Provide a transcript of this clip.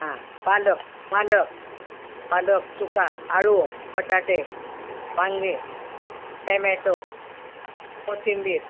हां पालक पालक पालक चुका आळू बटाटे वांगे टमॅटो कोथिंबीर